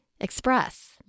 express